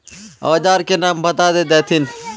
औजार के नाम बता देथिन?